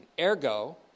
Ergo